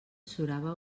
surava